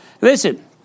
Listen